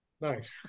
Nice